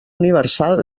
universal